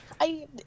I-